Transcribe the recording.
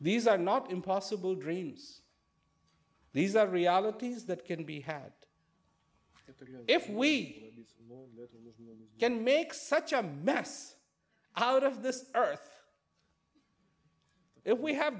these are not impossible dreams these are realities that can be had if we can make such a mess out of this earth if we have